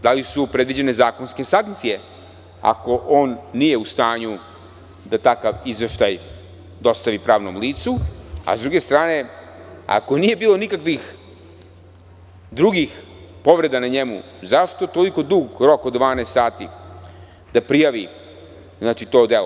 Da li su predviđene zakonske sankcije, ako on nije u stanju da takav izveštaj dostavi pravnom licu, a sa druge strane, ako nije bilo nikakvih drugih povreda na njemu, zašto toliko dug rok od 12 sati da prijavi to delo.